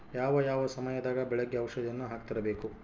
ಯಾವ ಯಾವ ಸಮಯದಾಗ ಬೆಳೆಗೆ ಔಷಧಿಯನ್ನು ಹಾಕ್ತಿರಬೇಕು?